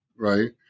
Right